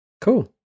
Cool